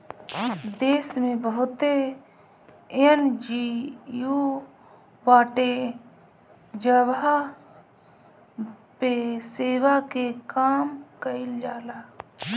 देस में बहुते एन.जी.ओ बाटे जहवा पे सेवा के काम कईल जाला